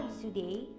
today